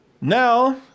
now